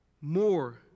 more